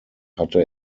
hatte